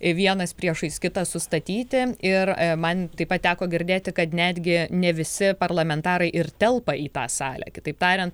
vienas priešais kitą sustatyti ir man taip pat teko girdėti kad netgi ne visi parlamentarai ir telpa į tą salę kitaip tariant